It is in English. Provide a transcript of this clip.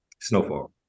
snowfall